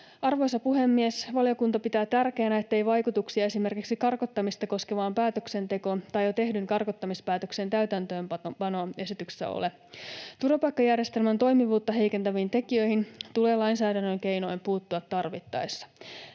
Arvoisa puhemies! Valiokunta pitää tärkeänä, ettei esityksellä ole vaikutuksia esimerkiksi karkottamista koskevaan päätöksentekoon tai jo tehdyn karkottamispäätöksen täytäntöönpanoon. Turvapaikkajärjestelmän toimivuutta heikentäviin tekijöihin tulee lainsäädännön keinoin puuttua tarvittaessa.